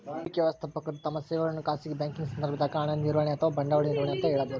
ಹೂಡಿಕೆ ವ್ಯವಸ್ಥಾಪಕರು ತಮ್ಮ ಸೇವೆಗಳನ್ನು ಖಾಸಗಿ ಬ್ಯಾಂಕಿಂಗ್ ಸಂದರ್ಭದಾಗ ಹಣ ನಿರ್ವಹಣೆ ಅಥವಾ ಬಂಡವಾಳ ನಿರ್ವಹಣೆ ಅಂತ ಹೇಳಬೋದು